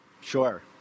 Sure